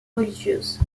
religieuses